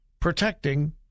protecting